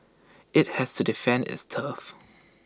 IT has to defend its turf